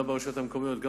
גם לרשויות המקומיות וגם